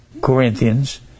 Corinthians